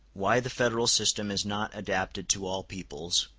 why the federal system is not adapted to all peoples,